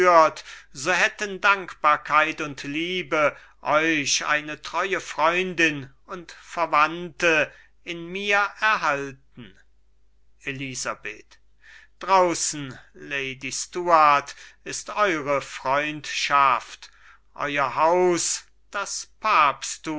so hätten dankbarkeit und liebe euch eine treue freundin und verwandte in mir erhalten elisabeth draußen lady stuart ist eure freundschaft euer haus das papsttum